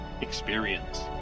experience